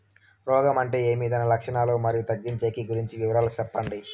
రోగం అంటే ఏమి దాని లక్షణాలు, మరియు తగ్గించేకి గురించి వివరాలు సెప్పండి?